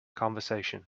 conversation